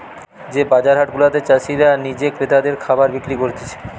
যে বাজার হাট গুলাতে চাষীরা নিজে ক্রেতাদের খাবার বিক্রি করতিছে